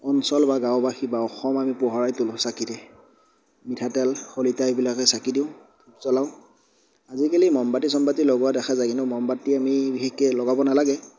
অঞ্চল বা গাঁওবাসী বা অসম আমি পোহৰাই তুলো চাকিৰে মিঠাতেল শলিতা এইবিলাকে চাকি দিওঁ জ্বলাওঁ আজিকালি মমবাতি চমবাতি লগোৱা দেখা যায় কিন্তু মমবাতি আমি বিশেষকৈ লগাব নালাগে